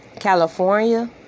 California